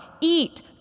eat